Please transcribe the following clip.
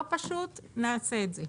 זה לא פשוט אבל נעשה את זה.